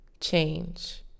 change